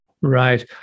Right